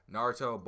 Naruto